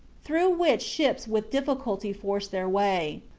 through which ships with difficulty forced their way.